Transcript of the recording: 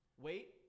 Wait